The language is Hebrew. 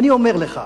ואני אומר לך,